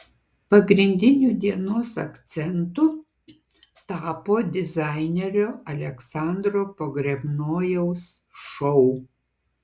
pagrindiniu dienos akcentu tapo dizainerio aleksandro pogrebnojaus šou